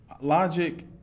Logic